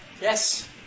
Yes